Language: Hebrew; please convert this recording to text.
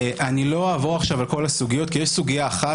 אני לא אעבור עכשיו על כל הסוגיות כי יש סוגיה אחת,